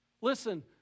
Listen